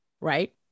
right